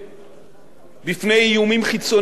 בפני איומים חיצוניים ביטחוניים